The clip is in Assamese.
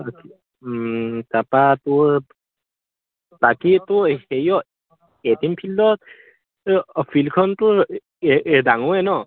তাৰপৰা তোৰ বাকী তোৰ হেৰিয়ৰ এ টিম ফিল্ডত ফিল্ডখনতো এই ডাঙৰেই ন